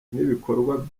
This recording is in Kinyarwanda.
n’ibikorwa